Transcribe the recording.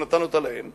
הוא נתן אותה להם.